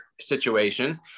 situation